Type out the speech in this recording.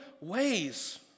ways